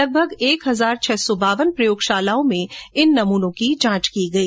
लगभग एक हजार छह सौ बावन प्रयोगशालाओं में इन नमूनों की जांच की गई